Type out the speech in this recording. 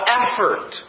effort